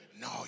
No